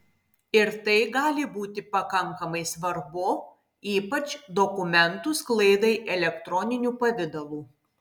ir tai gali būti pakankamai svarbu ypač dokumentų sklaidai elektroniniu pavidalu